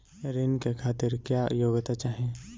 ऋण के खातिर क्या योग्यता चाहीं?